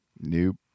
Nope